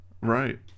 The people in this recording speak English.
Right